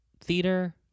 theater